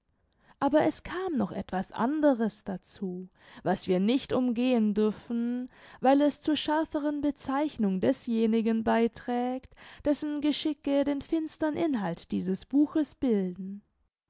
aber es kam noch etwas anderes dazu was wir nicht umgehen dürfen weil es zur schärferen bezeichnung desjenigen beiträgt dessen geschicke den finstern inhalt dieses buches bilden